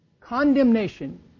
Condemnation